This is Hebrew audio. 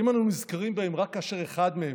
האם אנו נזכרים בהם רק כאשר אחד מהם,